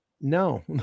no